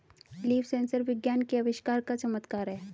leaf sensor विज्ञान के आविष्कार का चमत्कार है